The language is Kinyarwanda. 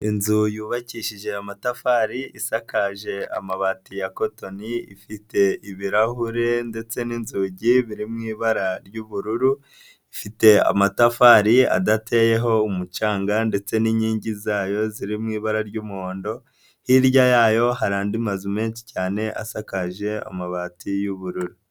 Inzu yubakishije amatafari, isakaje amabati ya kotoni ifite ibirahure ndetse n'inzugi biri mu ibara ry'ubururu, ifite amatafari adateyeho umucanga ndetse n'inkingi zayo ziri mu ibara ry'umuhondo, hirya yayo hari andi mazu menshi cyane asakaje amabati y'ubururu.